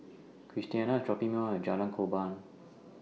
Christiana IS dropping Me off At Jalan Korban